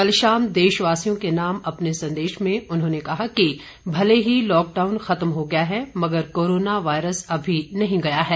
कल शाम देशवासियों के नाम अपने संदेश में उन्होंने कहा कि भले ही लॉकडाउन खत्म हो गया है मगर कोरोना वायरस अभी नहीं गया है